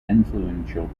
influential